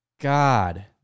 God